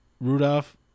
Rudolph